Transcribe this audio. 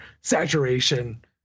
saturation